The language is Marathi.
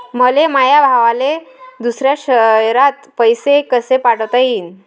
मले माया भावाले दुसऱ्या शयरात पैसे कसे पाठवता येईन?